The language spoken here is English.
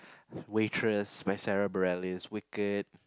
waitress by Sara-Bereilles wicked